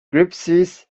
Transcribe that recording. gypsies